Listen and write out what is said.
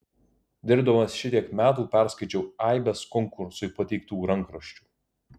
dirbdamas šitiek metų perskaičiau aibes konkursui pateiktų rankraščių